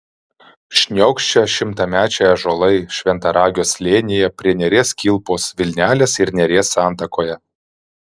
šniokščia šimtamečiai ąžuolai šventaragio slėnyje prie neries kilpos vilnelės ir neries santakoje